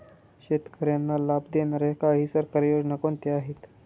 शेतकऱ्यांना लाभ देणाऱ्या काही सरकारी योजना कोणत्या आहेत?